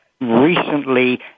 recently